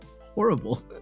horrible